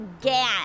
again